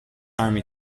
army